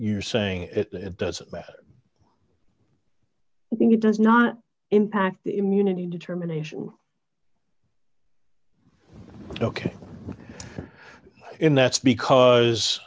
you're saying it doesn't matter when he does not impact the immunity determination ok and that's because